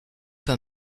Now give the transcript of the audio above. pas